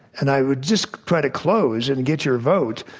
and i would just try to close, and get your vote,